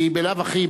כי בלאו הכי,